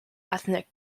ethnic